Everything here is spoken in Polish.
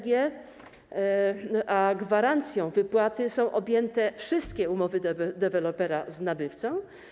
Gwarancją wypłaty są objęte wszystkie umowy dewelopera z nabywcą.